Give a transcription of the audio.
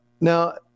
Now